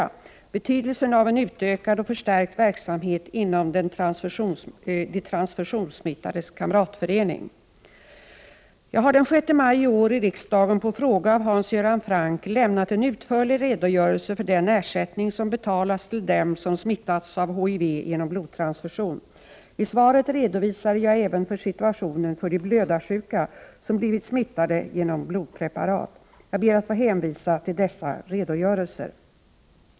Hur bedömer socialministern betydelsen av en utökad och förstärkt verksamhet inom de transfusionssmittades kamratförening? Jag har den 6 maj i år i riksdagen som svar på en fråga av Hans Göran Franck lämnat en utförlig redogörelse för den ersättning som betalas till dem som smittats av HTV genom blodtransfusion. I svaret redogjorde jag även för situationen för de blödarsjuka som blivit smittade genom blodpreparat. Jag ber att få hänvisa till dessa redogörelser.